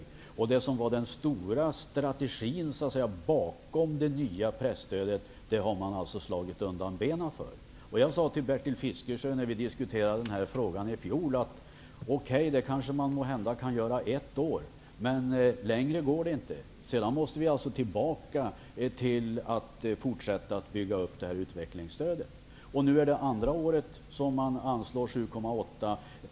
Det som var den stora strategin bakom det nya presstödet har man alltså slagit undan benen för. Jag sade till Bertil Fiskesjö när vi diskuterade den här frågan i fjol: Okej, det kan man måhända göra ett år, men längre går det inte. Sedan måste vi tillbaka till att fortsätta att bygga upp utvecklingsstödet. Nu är det andra året som man anslår 7,8 miljoner.